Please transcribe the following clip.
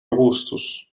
robustus